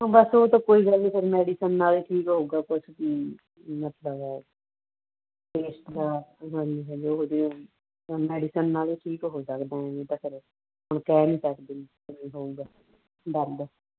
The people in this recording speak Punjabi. ਹਾਂ ਬਸ ਉਹ ਤਾਂ ਕੋਈ ਗੱਲ ਨਹੀਂ ਫਿਰ ਮੈਡੀਸਨ ਨਾਲ ਹੀ ਠੀਕ ਹੋਊਗਾ ਕੁਛ ਮਤਲਵ ਪੇਸਟ ਦਾ ਨਾਲ ਹੀ ਹੈ ਜਿਹੋ ਜਿਹਾ ਮੈਡੀਸਨ ਨਾਲੇ ਠੀਕ ਹੋ ਸਕਦਾ ਐਂ ਵੀ ਤਾਂ ਫਿਰ ਹੁਣ ਕਹਿ ਨਹੀਂ ਸਕਦੇ ਹੋਊਗਾ ਦਰਦ